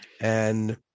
And-